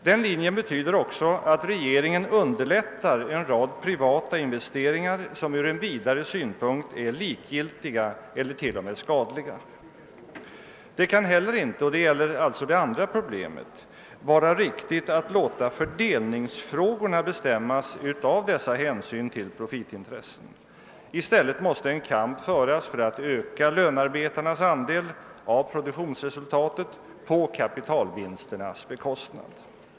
Den linjen betyder också att regeringen underlättar en rad privata investeringar, som ur en vidare synvinkel är likgiltiga eller t.o.m. skadliga. Det kan inte heller — det gäller alltså det andra problemet — vara riktigt att låta fördelningsfrågorna bestämmas av dessa hänsyn till profitintressena. I stället måste en kamp föras för att öka lönarbetarnas andel av produktionsresultatet på kapitalvinsternas bekostnad.